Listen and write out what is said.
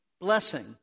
blessing